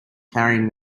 carrying